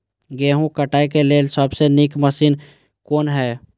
गेहूँ काटय के लेल सबसे नीक मशीन कोन हय?